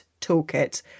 Toolkit